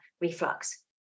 reflux